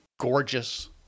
gorgeous